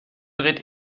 dreht